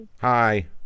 Hi